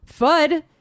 FUD